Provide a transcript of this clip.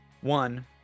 One